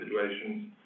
situations